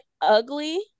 ugly